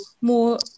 more